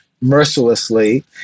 mercilessly